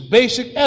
basic